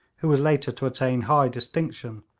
who was later to attain high distinction,